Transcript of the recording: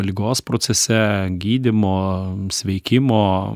ligos procese gydymo sveikimo